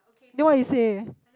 then why you say